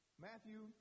Matthew